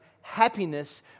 happiness